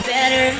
better